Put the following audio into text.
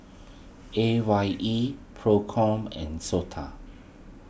A Y E Procom and Sota